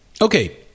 Okay